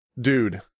dude